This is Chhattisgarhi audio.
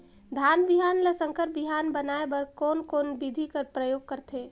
धान बिहान ल संकर बिहान बनाय बर कोन कोन बिधी कर प्रयोग करथे?